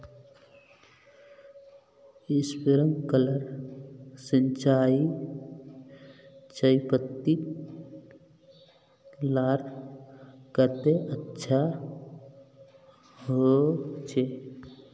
Sprinkler सिंचाई चयपत्ति लार केते अच्छा होचए?